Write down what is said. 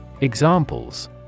Examples